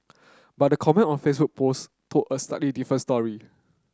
but the comment on Facebook post told a slightly different story